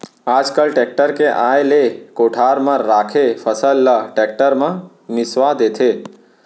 आज काल टेक्टर के आए ले कोठार म राखे फसल ल टेक्टर म मिंसवा देथे